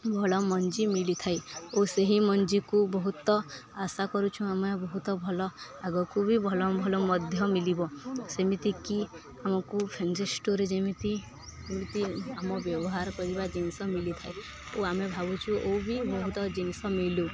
ଭଲ ମଞ୍ଜି ମିଳିଥାଏ ଓ ସେହି ମଞ୍ଜିକୁ ବହୁତ ଆଶା କରୁଛୁ ଆମେ ବହୁତ ଭଲ ଆଗକୁ ବି ଭଲ ଭଲ ମଧ୍ୟ ମିଳିବ ସେମିତିକି ଆମକୁ ଫ୍ୟାନ୍ସି ଷ୍ଟୋର୍ ଯେମିତି ଏମିତି ଆମ ବ୍ୟବହାର କରିବା ଜିନିଷ ମିଳିିଥାଏ ଓ ଆମେ ଭାବୁଛୁ ଓ ବି ବହୁତ ଜିନିଷ ମିଳୁ